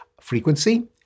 frequency